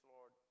Lord